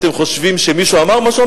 אתם חושבים שמישהו אמר משהו?